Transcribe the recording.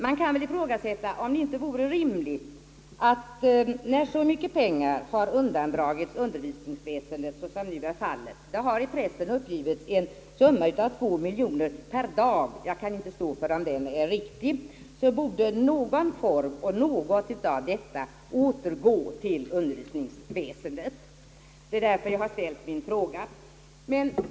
Man kan väl ifrågasätta om det inte vore rimligt, när så mycket pengar har undandragits undervisningsväsendet som nu är fallet — det har i pressen uppgivits en summa av två miljoner per dag; jag kan inte stå för om den är riktig — att något av detta i någon form borde återgå till undervisningsväsendet. Det är därför jag har ställt min fråga.